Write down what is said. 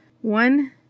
One